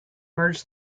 merge